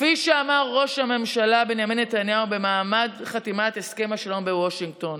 כפי שאמר ראש הממשלה בנימין נתניהו במעמד חתימת הסכם השלום בוושינגטון: